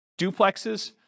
duplexes